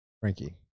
Frankie